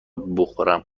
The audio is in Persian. بخورم